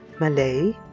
Malay